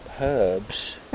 herbs